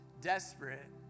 desperate